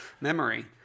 memory